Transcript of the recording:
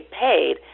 paid